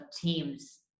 teams